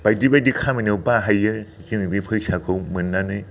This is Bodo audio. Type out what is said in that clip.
बायदि बायदि खामानियाव बाहायो जों बे फैसाखौ मोन्नानै